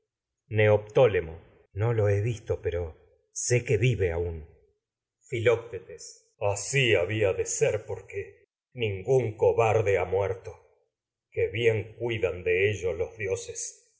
neoptólemo no lo filoctetes barde ha visto pero sé que vive aún co así había de ser porque ningún los muerto que bien cuidan de en ellos dioses